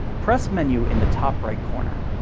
press menu in the top right corner.